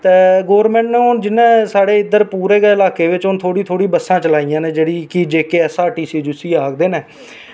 ते गोरमैंट हून साढ़े पूरे गै इलाके बिच हून थोह्ड़ी थोह्ड़ी बस्सां चलाइयां न जेह्ड़े कि जेकेएसआरटीसी जिस्सी आक्खदे न